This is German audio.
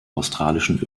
australischen